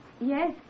Yes